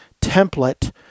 template